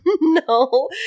No